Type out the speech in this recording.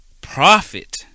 profit